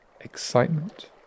excitement